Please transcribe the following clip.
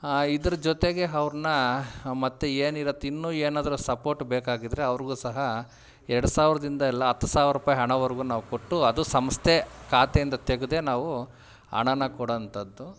ಆ ಇದ್ರ ಜೊತೆಗೆ ಅವ್ರನ್ನ ಮತ್ತು ಏನಿರುತ್ತೆ ಇನ್ನೂ ಏನಾದರೂ ಸಪೋರ್ಟ್ ಬೇಕಾಗಿದ್ರೆ ಅವ್ರಿಗೂ ಸಹ ಎರಡು ಸಾವಿರ ಹಿಂದೆಲ್ಲ ಹತ್ತು ಸಾವಿರ ರುಪಾಯಿ ಹಣವರೆಗೂ ನಾವು ಕೊಟ್ಟು ಅದು ಸಂಸ್ಥೆ ಖಾತೆಯಿಂದ ತೆಗೆದೇ ನಾವು ಹಣಾನ ಕೊಡೋ ಅಂಥದ್ದು